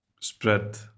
spread